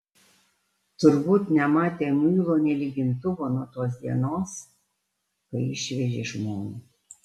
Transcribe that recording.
turbūt nematę muilo nė lygintuvo nuo tos dienos kai išvežė žmoną